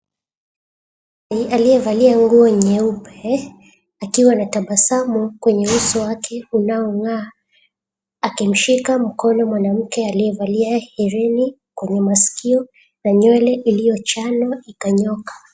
Ni aliyevalia nguo nyeupe akiwa na tabasamu kwenye uso wake unaong'aa, akimshika mkono mwanamke aliyevalia herini kwenye masikio na nywele iliyochanwa ikanyooka.